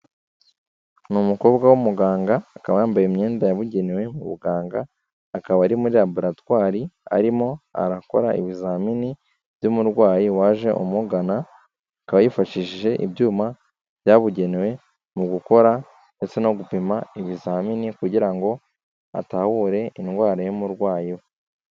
Ni umukobwa w'umuganga akaba yambaye imyenda yabugenewe mu buganga, akaba ari muri laboratwari arimo arakora ibizamini by'umurwayi waje umugana, akaba yifashishije ibyuma byabugenewe mu gukora ndetse no gupima ibizamini kugira ngo atahure indwara y'umurwayi we.